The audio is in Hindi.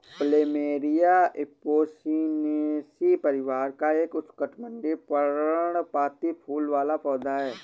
प्लमेरिया एपोसिनेसी परिवार का एक उष्णकटिबंधीय, पर्णपाती फूल वाला पौधा है